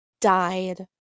died